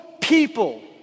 people